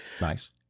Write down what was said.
nice